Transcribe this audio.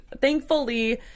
Thankfully